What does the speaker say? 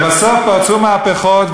ובסוף פרצו מהפכות,